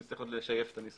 נשייף את הניסוח